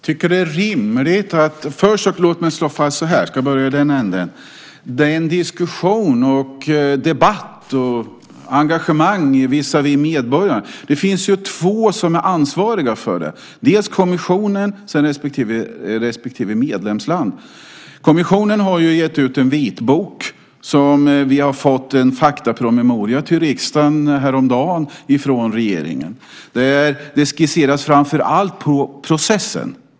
Fru talman! Låt mig först slå fast vilka som är ansvariga för diskussionen, debatten och engagemanget visavi medborgarna. Det är kommissionen och respektive medlemsland. Kommissionen har gett ut en vitbok, och riksdagen fick häromdagen en faktapromemoria från regeringen. Det skisseras framför allt på processen.